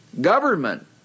government